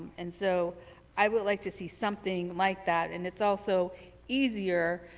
and so i would like to see something like that. and it's also easier